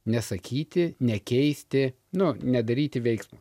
nesakyti nekeisti nu nedaryti veiksmo